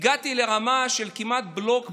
והגעתי לרמה של כמעט בלוק ביום,